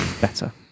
Better